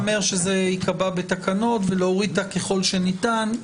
יכול להיות שצריך להיאמר שזה ייקבע בתקנות ולהוריד את "ככל שניתן".